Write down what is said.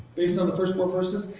based on the first four verses?